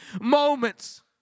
moments